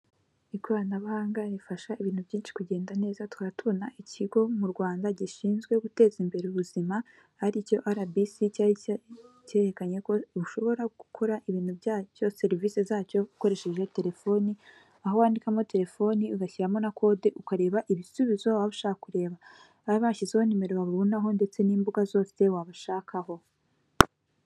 Ikoranabuhanga rifasha ibintu byinshi kugenda neza tuka tubona ikigo mu rwanda gishinzwe guteza imbere ubuzima aricyo arabisi cyari cyerekanye ko ushobora gukora ibintu byacyo serivisi zacyo ukoresheje telefoni aho wandikamo telefoni ugashyiramo na kode ukareba ibisubizo waba ushaka kureba aba bashyizeho nimero babibonaho ndetse n'imbuga zose wabashakaho.